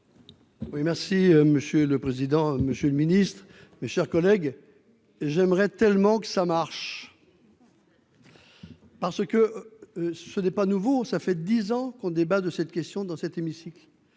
Oui, merci Monsieur le président, Monsieur le Ministre, mes chers collègues, j'aimerais tellement que ça marche. Parce que ce n'est pas nouveau, ça fait 10 ans qu'on débat de cette question dans cet hémicycle,